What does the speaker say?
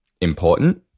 important